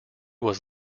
was